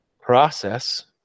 process